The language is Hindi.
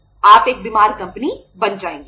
आप एक बीमार कंपनी बन जाएंगे